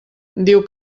diu